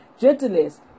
gentleness